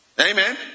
amen